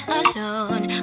alone